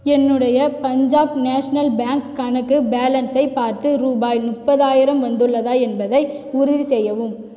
என்னுடைய Punjab national bank கணக்கு பேலன்ஸை பார்த்து ரூபாய் முப்பதாயிரம் வந்துள்ளதா என்பதை உறுதி செய்யவும்